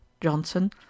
Johnson